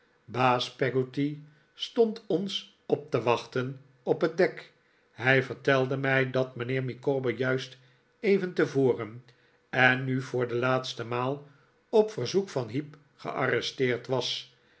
baas peggotty stond ons op te wachten op het dek hij vertelde mij dat mijhheer micawber juist even te voren en nu voor de laatste maal op verzoek van heep gearresteerd was